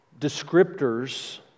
descriptors